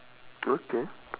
K fair